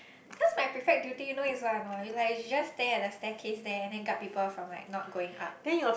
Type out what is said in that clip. cause my prefect duty you know is what anot it's like you just stare at the staircase there and then guard people from like not going up